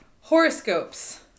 horoscopes